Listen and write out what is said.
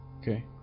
okay